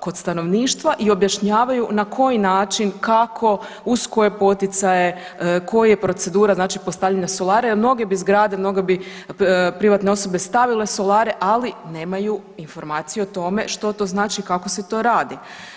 kod stanovništva i objašnjavaju na koji način, kako, uz koje poticaje, koja je procedura znači postavljanja solara jer mnoge bi zgrade, mnoge bi privatne osobe stavile solare, ali nemaju informaciju o tome što to znači i kako se to radi.